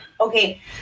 okay